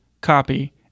copy